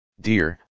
Dear